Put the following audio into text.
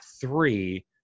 three